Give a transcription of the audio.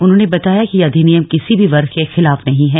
उन्होंने बताया कि यह अधिनियम किसी भी वर्ग के खिलाफ नहीं है